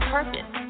Purpose